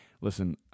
listen